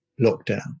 lockdown